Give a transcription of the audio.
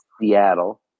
Seattle